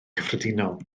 cyffredinol